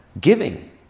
Giving